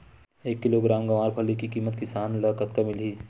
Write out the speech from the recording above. एक किलोग्राम गवारफली के किमत किसान ल कतका मिलही?